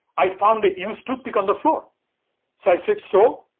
i found that used toothpick on the floor so i said so,